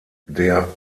der